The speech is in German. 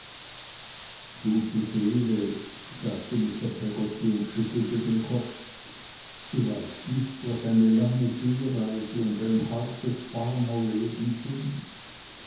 gute seele sagte mr peggotty und schüttelte den kopf du weißt nicht was eine lange seereise und ein hartes farmerleben sind